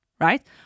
right